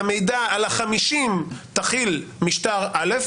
ה- 50 תתחיל משטר א',